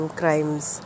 crimes